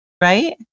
Right